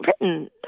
written